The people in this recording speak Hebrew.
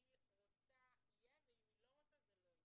אם היא רוצה, יהיה, ואם היא לא רוצה, זה לא יהיה,